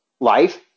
life